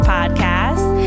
Podcast